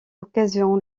occasion